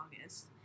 August